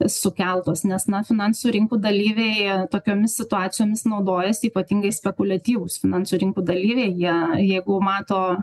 sukeltos nes na finansų rinkų dalyviai tokiomis situacijomis naudojasi ypatingai spekuliatyvūs finansų rinkų dalyviai jie jeigu mato